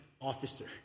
officer